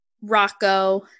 Rocco